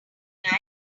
like